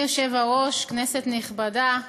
אדוני היושב-ראש, כנסת נכבדה,